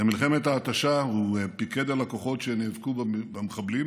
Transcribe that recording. במלחמת ההתשה הוא פיקד על הכוחות שנאבקו במחבלים